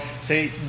say